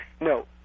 No